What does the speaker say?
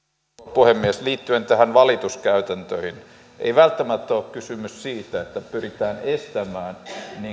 puhemies liittyen näihin valituskäytäntöihin ei välttämättä ole kysymys siitä että pyritään estämään